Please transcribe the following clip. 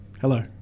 Hello